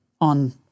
on